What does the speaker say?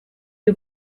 you